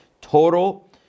Total